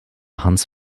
hans